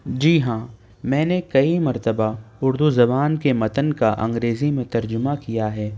جی ہاں میں نے کئی مرتبہ اردو زبان کے متن کا انگریزی میں ترجمہ کیا ہے